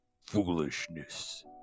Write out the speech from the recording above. Foolishness